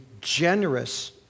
generous